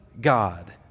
God